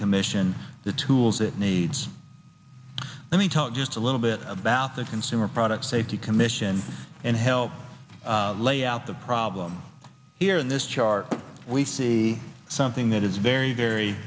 commission the tools it needs let me talk just a little bit about the consumer product safety commission and help lay out the problem here in this chart we see something that is very very